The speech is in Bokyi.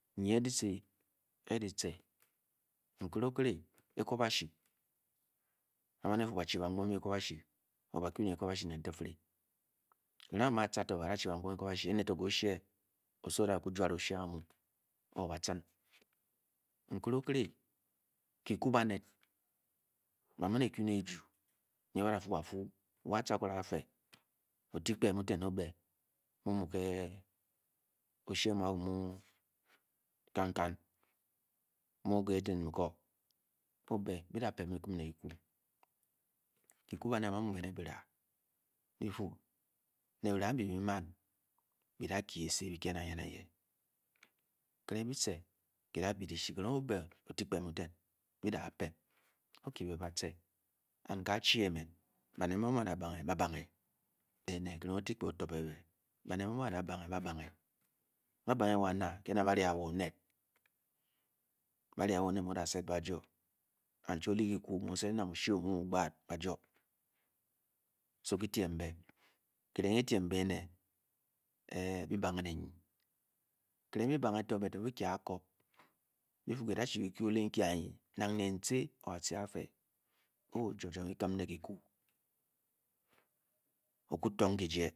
Nye le kesi eti teh nnele okle ehobashi and neh tor a thu tan bau pkoreh kubashi me mtua osoor ochie okey puon oshue oyen nabu be ter be rah tar kele oke be nsulum baned mbe bana bonge ba banen ye hena barra bone so tue teemhe hahele he tembene be tcia acobe buy pu para tuu be chi mte anye ha len te nar atte apowr omu tong tue jer